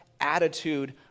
attitude